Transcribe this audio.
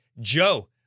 joe